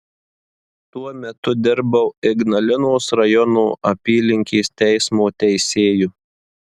tuo metu dirbau ignalinos rajono apylinkės teismo teisėju